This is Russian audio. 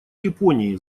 японии